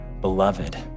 beloved